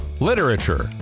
literature